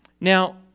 Now